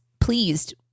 pleased